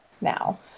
now